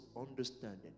understanding